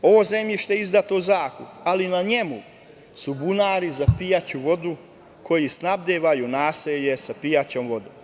Ovo zemljište je izdato u zakup, ali na njemu su bunari za pijaću vodu i snabdevaju naselje sa pijaćom vodom.